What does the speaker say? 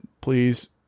please